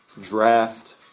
Draft